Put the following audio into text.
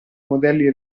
modelli